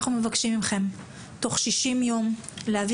אנחנו מבקשים מכם תוך 60 ימים להביא